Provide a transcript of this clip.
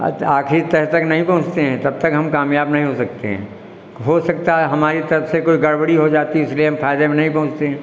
अतः आखिरी तह तक नहीं पहुंचते हैं तब तक हम कामयाब नहीं हो सकते हैं हो सकता है हमारी तरफ से कोई गड़बड़ी हो जाती है इसलिए हम फायदे में नहीं पहुँचते हैं